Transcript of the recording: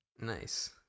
Nice